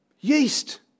yeast